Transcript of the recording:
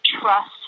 trust